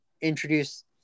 introduce